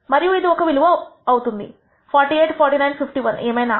మరియు ఇది ఒక విలువ అవుతుంది 48 4951 ఏమైనా